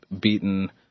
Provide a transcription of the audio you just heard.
beaten